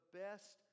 best